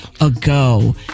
ago